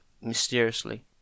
mysteriously